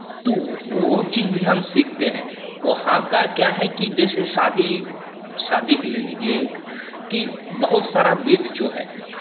तो वो चीज़ भी हम सीखते है वहाँ का क्या है कि जैसे शादी शादी ही ले लीजिए एक कि बहुत सारा विधि जो है हरेक